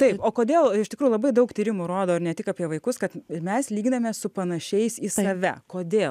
taip o kodėl iš tikrųjų labai daug tyrimų rodo ir ne tik apie vaikus kad ir mes lyginamės su panašiais į save kodėl